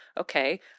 okay